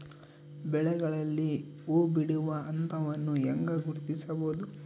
ಬೆಳೆಗಳಲ್ಲಿ ಹೂಬಿಡುವ ಹಂತವನ್ನು ಹೆಂಗ ಗುರ್ತಿಸಬೊದು?